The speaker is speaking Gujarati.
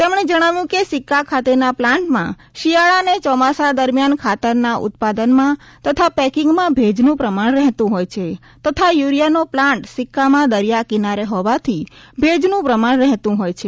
તેમણે જણાવ્યું કે સિક્કા ખાતેના પ્લાન્ટમાં શિયાળા અને ચોમાસા દરમિયાન ખાતરના ઉત્પાદનમાં તથા પેક્રિંગમાં ભેજનું પ્રમાણ રહેતુ હોય છે તથા યુરિયાનો પ્લાન્ટ સિક્કામાં દરિયા કિનારે હોવાથી ભેજનું પ્રમાણ રહેતું હોય છે